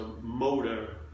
motor